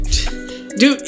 Dude